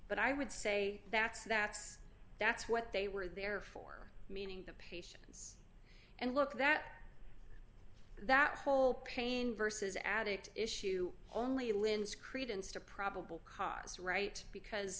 but i would say that's that's that's what they were there for meaning the patients and look that that whole pain versus addict issue only lin's credence to probable cause right because